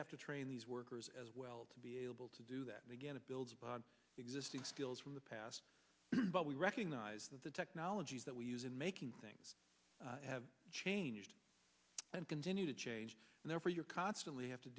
have to train these workers as well to be able to do that again to build existing skills from the past but we recognize that the technologies that we use in making things have changed and continue to change and therefore you're constantly have to